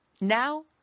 Now